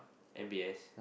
M_B_S